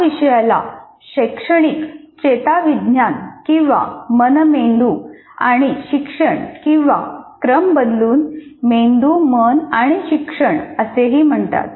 या विषयाला शैक्षणिक चेताविज्ञान किंवा मन मेंदू आणि शिक्षण किंवा क्रम बदलून मेंदू मन आणि शिक्षण असेही म्हणतात